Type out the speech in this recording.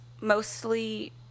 mostly